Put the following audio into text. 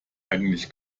eigentlich